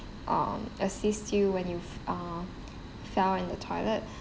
um assist you when you f~ uh fell in the toilet